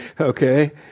Okay